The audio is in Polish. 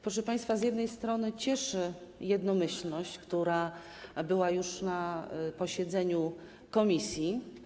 Proszę państwa, z jednej strony cieszy jednomyślność, która była już na posiedzeniu komisji.